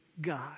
God